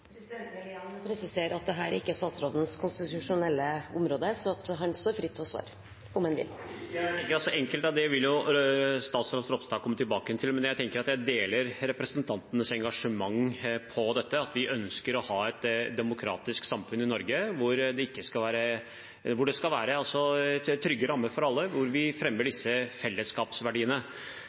Presidenten vil igjen presisere at dette ikke er statsrådens konstitusjonelle område, så han står fritt til å svare. Enkelte av disse tingene vil jo statsråd Ropstad komme tilbake til, men jeg deler representantens engasjement for dette, at vi ønsker å ha et demokratisk samfunn i Norge hvor det skal være trygge rammer for alle, og hvor vi fremmer disse fellesskapsverdiene.